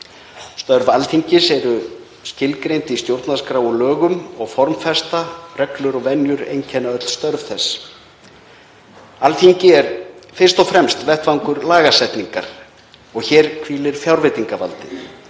og hlutverk eru skilgreind í stjórnarskrá og lögum og formfesta og reglur einkenna öll störf þess. Alþingi er fyrst og fremst vettvangur lagasetningar, hér hvílir fjárveitingavaldið.